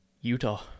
Utah